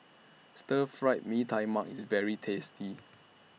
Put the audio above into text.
Stir Fried Mee Tai Mak IS very tasty